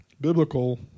biblical